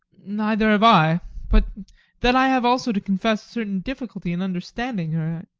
neither have i but then i have also to confess a certain difficulty in understanding her.